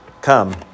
come